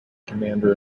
commander